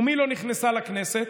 ומי לא נכנסה לכנסת?